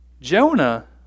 Jonah